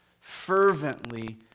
Fervently